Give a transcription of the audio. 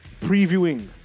previewing